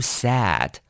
sad